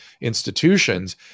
institutions